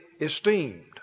esteemed